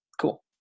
cool